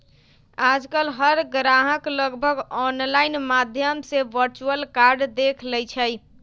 आजकल हर ग्राहक लगभग ऑनलाइन माध्यम से वर्चुअल कार्ड देख लेई छई